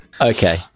Okay